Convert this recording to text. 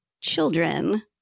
children